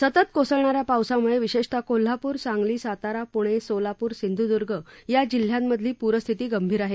सतत कोसळणाऱ्या पावसामुळे विशेषतः कोल्हापूर सांगली सातारा पुणे सोलापूर सिंधुदुर्ग या जिल्ह्यांमधली पूरस्थिती गंभीर आहे